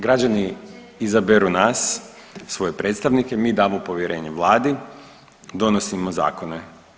Građani izaberu nas svoje predstavnike, mi damo povjerenje vladi, donosimo zakone.